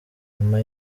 nyuma